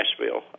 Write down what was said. Nashville